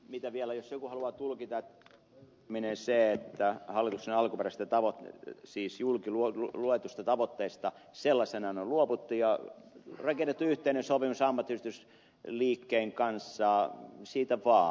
mitä vielä jos joku haluaa tulkita että hallituksen alkuperäisestä julkiluetusta tavoitteesta sellaisenaan on luovuttu ja rakennettu yhteinen sopimus ammattiyhdistysliikkeen kanssa niin siitä vaan